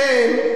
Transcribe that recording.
אתם,